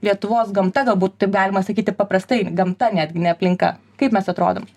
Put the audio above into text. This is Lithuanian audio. lietuvos gamta galbūt taip galima sakyti paprastai gamta netgi ne aplinka kaip mes atrodom